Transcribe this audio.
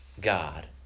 God